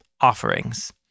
offerings